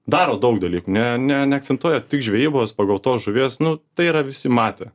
daro daug dalykų ne ne neakcentuoja tik žvejybos pagautos žuvies nu tai yra visi matę